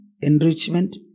enrichment